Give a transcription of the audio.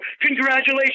Congratulations